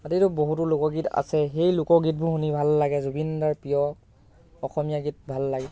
তাতেতো বহুতো লোকগীত আছে সেই লোকগীতবোৰ শুনি ভাল লাগে জুবিন দাৰ প্ৰিয় অসমীয়া গীত ভাল লাগে